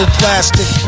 plastic